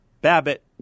Babbitt